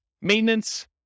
Maintenance